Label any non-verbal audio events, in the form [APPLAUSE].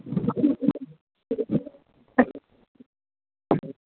[UNINTELLIGIBLE]